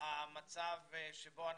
כתבו לי כמה דברים לומר אבל במקום לקרוא אותם,